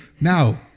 Now